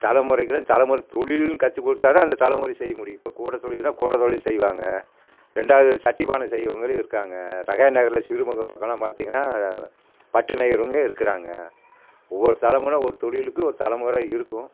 தலைமுறைக்கெல்லாம் தலைமுற தொழில்னு கற்று கொடுத்தா தான் அந்த தலைமுறை செய்ய முடியும் இப்போ கூட தொழில்னா கூட தொழில் செய்வாங்க ரெண்டாவது சட்டி பானை செய்கிறவங்களும் இருக்காங்க ரெகான் நகரில் சிறுமுக பக்கமெல்லாம் பார்த்தீங்கன்னா பட்டு நெய்கிறவங்க இருக்கிறாங்க ஒவ்வொரு தலைமுற ஒரு தொழிலுக்கு ஒரு தலைமுற இருக்கும்